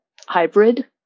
hybrid